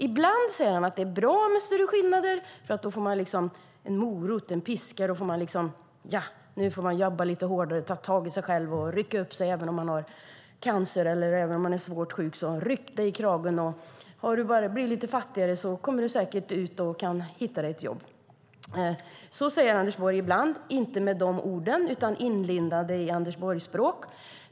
Ibland säger han att det är bra med större skillnader eftersom man då får en morot och en piska. Man får jobba lite hårdare, ta tag i sig själv och rycka upp sig även om man har cancer eller någon annan svår sjukdom. Man ska rycka sig i kragen. Bara man blir lite fattigare kommer man säkert ut och kan hitta ett jobb. Så säger Anders Borg ibland, men inte med dessa ord utan orden är inlindade i Anders Borg-språk.